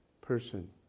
person